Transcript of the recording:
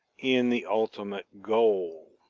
in the ultimate goal.